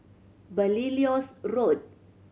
Belilios Road